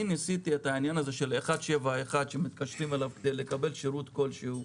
אני ניסיתי להתקשר ל-171 שמתקשרים אליו כדי לקבל שירות כלשהו,